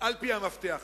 על-פי המפתח הזה.